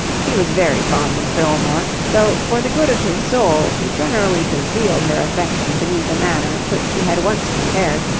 she was very fond of fillmore, though for the good of his soul she generally concealed her affection beneath a manner which he had once compared,